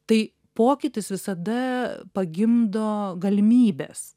tai pokytis visada pagimdo galimybes